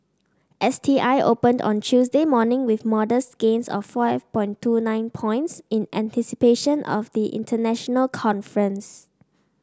S T I opened on Tuesday morning with modest gains of five point two nine points in anticipation of the international conference